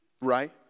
right